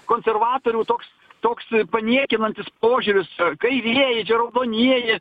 konservatorių toks toks paniekinantis požiūris kairieji raudonieji